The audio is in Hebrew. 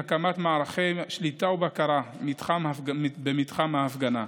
הקמת מערכי שליטה ובקרה במתחם ההפגנה,